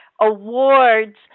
awards